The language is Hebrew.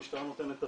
המשטרה נותנת התניות,